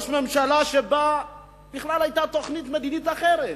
ראש ממשלה שהיתה לו תוכנית מדינית אחרת,